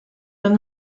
than